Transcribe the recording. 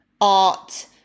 Art